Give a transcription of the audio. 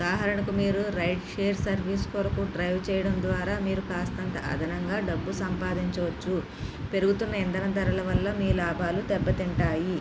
ఉదాహరణకు మీరు ride share service కొరకు డ్రైవ్ చేయడం ద్వారా మీరు కాస్తంత అదనంగా డబ్బు సంపాదించవచ్చు పెరుగుతున్న ఇంధన ధరల వల్ల మీ లాభాలు దెబ్బతింటాయి